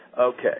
okay